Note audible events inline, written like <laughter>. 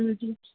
<unintelligible>